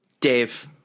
Dave